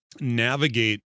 navigate